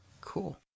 cool